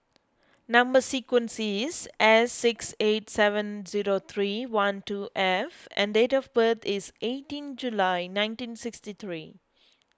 Number Sequence is S six eight seven zero three one two F and date of birth is eighteen July nineteen sixty three